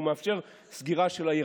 כי הוא מאפשר סגירה של העיר,